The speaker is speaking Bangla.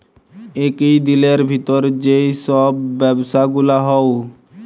একই দিলের ভিতর যেই সব ব্যবসা গুলা হউ